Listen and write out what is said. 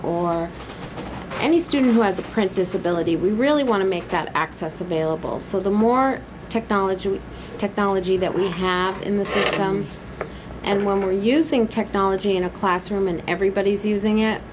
or any student who has a print disability we really want to make that access available so the more technology technology that we have in the system and when we are using technology in a classroom and everybody's using it